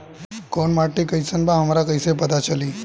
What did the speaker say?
कोउन माटी कई सन बा हमरा कई से पता चली?